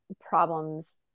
problems